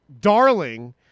Darling